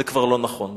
זה כבר לא נכון.